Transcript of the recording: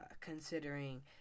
considering